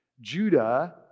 Judah